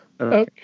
okay